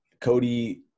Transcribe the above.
cody